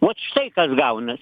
vot štai kas gaunas